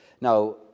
now